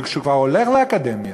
וכשהוא כבר הולך לאקדמיה,